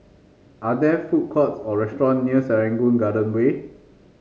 are there food courts or restaurants near Serangoon Garden Way